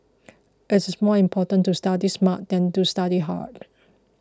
it is more important to study smart than to study hard